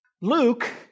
Luke